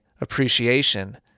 appreciation